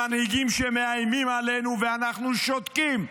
למנהיגים שמאיימים עלינו, ואנחנו שותקים.